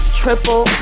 triple